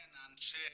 אין אנשי